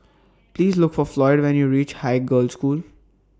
Please Look For Floyd when YOU REACH Haig Girls' School